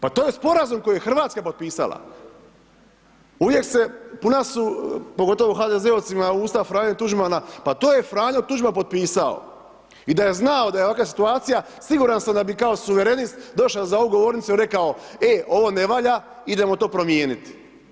Pa to je Sporazum koji je RH potpisala, puna su, pogotovo HDZ-ovcima, usta Franje Tuđmana, pa to je Franjo Tuđman potpisao i da je znao da je ovakva situacija, siguran sam da bi kao suverenist došao za ovu govornicu i rekao, e, ovo ne valja, idemo to promijeniti.